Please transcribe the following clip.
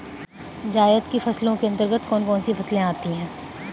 जायद की फसलों के अंतर्गत कौन कौन सी फसलें आती हैं?